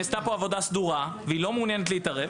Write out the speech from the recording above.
שנעשתה פה עבודה סדורה והיא לא מעוניינת להתערב,